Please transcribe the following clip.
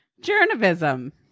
Journalism